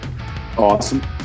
Awesome